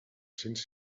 cents